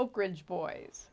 oak ridge boys